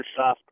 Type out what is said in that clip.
Microsoft